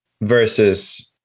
versus